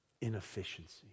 inefficiency